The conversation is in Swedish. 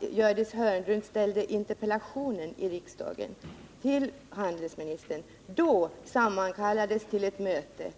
Gördis Hörnlund framställde sin interpellation till handelsministern kallades till ett sammanträde.